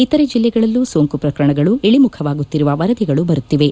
ಇತರೆ ಜಿಲ್ಲೆಗಳಲ್ಲೂ ಸೋಂಕು ಪ್ರಕರಣಗಳು ಇಳಿಮುಖವಾಗುತ್ತಿರುವ ವರದಿಗಳು ಬರುತ್ತಿವೆ